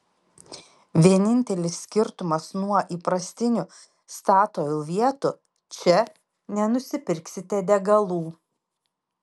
vienintelis skirtumas nuo įprastinių statoil vietų čia nenusipirksite degalų